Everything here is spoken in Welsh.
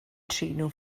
trin